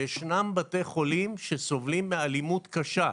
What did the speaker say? וישנם בתי חולים שסובלים מאלימות קשה,